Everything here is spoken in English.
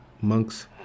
monks